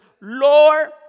Lord